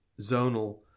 zonal